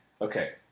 Okay